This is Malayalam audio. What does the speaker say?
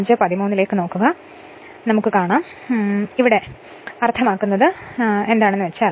അതിനാൽ ഈ കാര്യം ഇതാണ് അർത്ഥമാക്കുന്നത് എന്ന് ഞാൻ വ്യക്തമാക്കട്ടെ